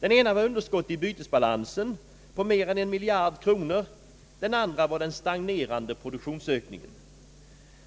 Den ena var underskottet i bytesbalansen på mer än 1 miljard kronor, och den andra var den stagnerande produktionsökningen.